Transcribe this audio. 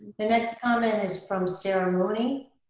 the next comment is from sara mooney.